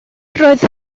roedd